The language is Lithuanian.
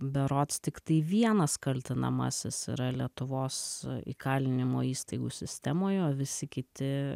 berods tiktai vienas kaltinamasis yra lietuvos įkalinimo įstaigų sistemoje o visi kiti